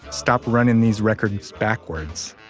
stop running these records backwards.